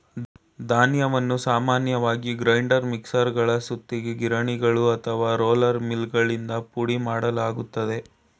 ಧಾನ್ಯವನ್ನು ಸಾಮಾನ್ಯವಾಗಿ ಗ್ರೈಂಡರ್ ಮಿಕ್ಸರಲ್ಲಿ ಸುತ್ತಿಗೆ ಗಿರಣಿಗಳು ಅಥವಾ ರೋಲರ್ ಮಿಲ್ಗಳಿಂದ ಪುಡಿಮಾಡಲಾಗ್ತದೆ